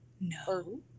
No